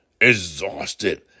exhausted